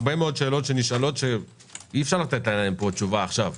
הרבה מאוד שאלות שנשאלות שאי אפשר לתת עליהן תשובה עכשיו.